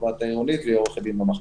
התובעת העירונית והיא גם עורכת דין במחלקה.